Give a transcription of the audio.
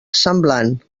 semblant